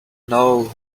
know